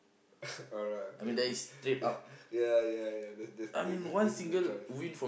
alright that the ya ya ya that's that's that's a good choice